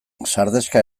sardexka